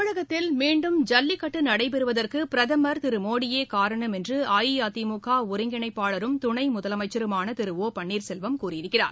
தமிழகத்தில் மீண்டும் ஜல்லிக்கட்டு நடைபெறுவதற்கு பிரதமர் திரு மோடியே காரணம் என்று அஇஅதிமுக ஒருங்கிணைப்பாளரும் துணை முதலமைச்சருமான திரு ஒபன்னீர்செல்வம் கூறியிருக்கிறார்